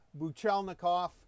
Buchelnikov